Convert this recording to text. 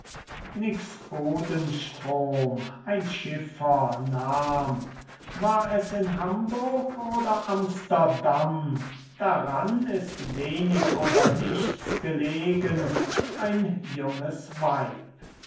ein schiffer nahm war es in hamburg oder amsterdam daran ist wenig oder nichts gelegen ein junges weib